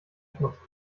schmutzig